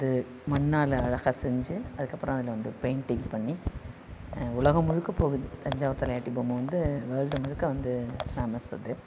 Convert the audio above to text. அது வந்து மண்ணால் அழகாக செஞ்சி அதுக்கப்பறம் அதில் வந்து பெயிண்டிங் பண்ணி உலகம் முழுக்க போகுது தஞ்சாவூர் தலையாட்டி பொம்மை வந்து வேர்ல்ட்டு முழுக்க வந்து ஃபேமஸ் அது